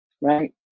Right